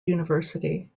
university